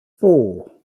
four